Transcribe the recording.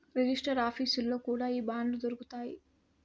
register ఆఫీసుల్లో కూడా ఈ బాండ్లు దొరుకుతాయి